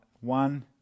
one